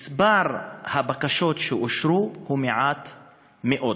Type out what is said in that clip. מספר הבקשות שאושרו, קטן מאוד.